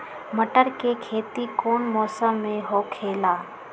मटर के खेती कौन मौसम में होखेला?